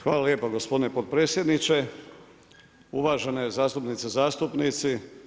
Hvala lijepa gospodine potpredsjedniče, uvažene zastupnice, zastupnici.